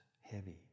heavy